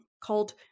called